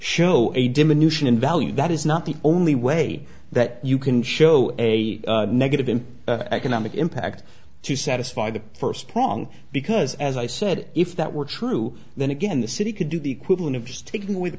show a diminution in value that is not the only way that you can show a negative in economic impact to satisfy the first prong because as i said if that were true then again the city could do the equivalent of just taking away the